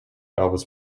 elvis